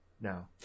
No